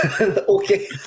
Okay